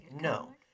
No